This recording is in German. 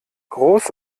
groß